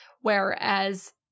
Whereas